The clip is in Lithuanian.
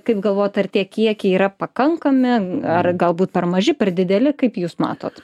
kaip galvojat ar tie kiekiai yra pakankami ar galbūt per maži per dideli kaip jūs matot